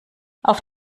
auf